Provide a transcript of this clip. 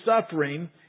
suffering